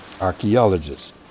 archaeologists